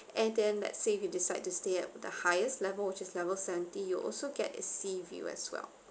and then let's say if you decide to stay at the highest level which is level seventy you also get a sea view as well